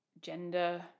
gender